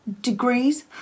degrees